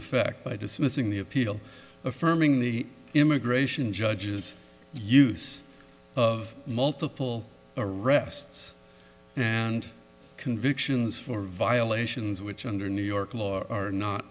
effect by dismissing the appeal affirming the immigration judges use of multiple arrests and convictions for violations which under new york law are not